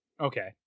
Okay